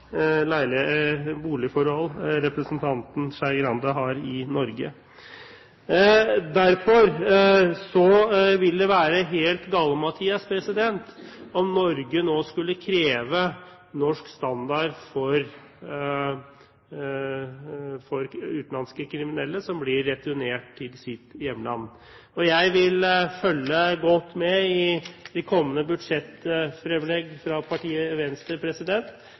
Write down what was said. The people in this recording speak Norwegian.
vil anta representanten Skei Grande har i Norge. Derfor vil det være helt galimatias om Norge nå skulle kreve norsk standard for utenlandske kriminelle som blir returnert til sine hjemland. Jeg vil følge godt med i de kommende budsjettframlegg fra partiet Venstre